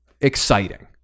exciting